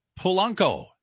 Polanco